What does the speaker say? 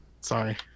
Sorry